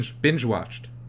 Binge-watched